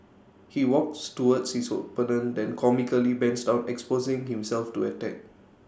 he walks towards his opponent then comically bends down exposing himself to attack